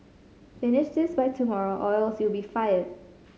finish this by tomorrow or else you'll be fired